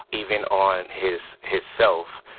even on his his self,